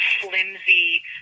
flimsy